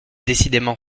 décidément